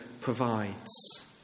provides